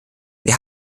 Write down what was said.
wir